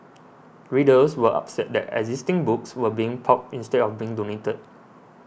readers were upset that existing books were being pulped instead of being donated